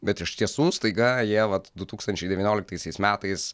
bet iš tiesų staiga jie vat du tūkstančiai devynioliktaisiais metais